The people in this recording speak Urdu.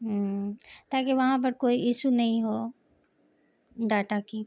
تاکہ وہاں پر کوئی ایشو نہیں ہو ڈاٹا کی